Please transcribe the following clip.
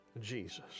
Jesus